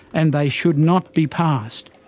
and they should not be passed.